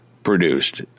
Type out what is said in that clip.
Produced